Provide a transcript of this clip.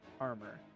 armor